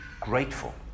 grateful